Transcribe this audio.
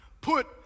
put